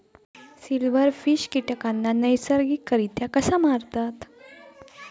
Silverfish कीटकांना नैसर्गिकरित्या कसा मारतत?